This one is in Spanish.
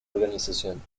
organización